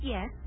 Yes